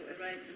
right